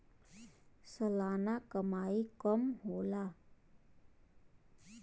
सलाना कमाई कम होला